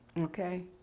Okay